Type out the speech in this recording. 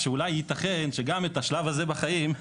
שאולי ייתכן שגם את השלב הזה בחיים,